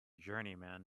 journeyman